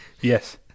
Yes